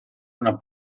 una